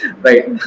right